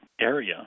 area